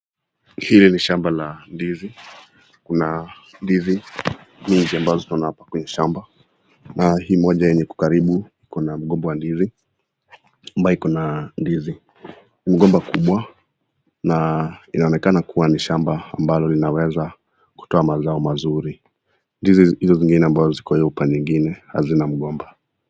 Hili ni shamba la ndizi. Kuna ndizi mingi ambazo tunaona hapa kwenye shamba na hii moja yenye iko karibu kuna mgomba wa ndizi ambayo iko na ndizi. Mgomba kubwa na inaonekana kua ni shamba ambalo linaweza kutoa mazao mazuri. Ndizi hizo zingine ambayo ziko hizo upande mwingine hazina mgomba.